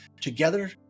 Together